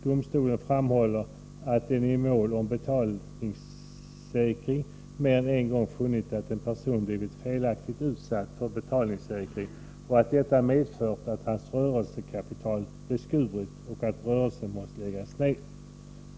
Domstolen framhåller att den i mål om betalningssäkring mer än en gång funnit att en person har blivit felaktigt utsatt för betalningssäkring och att detta medfört att hans rörelsekapital har beskurits och rörelsen måst läggas ned.